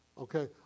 okay